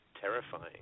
terrifying